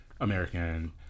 American